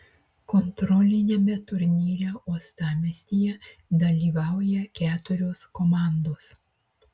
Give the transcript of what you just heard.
kontroliniame turnyre uostamiestyje dalyvauja keturios komandos